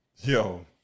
Yo